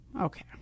Okay